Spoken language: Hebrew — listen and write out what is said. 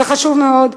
זה חשוב מאוד.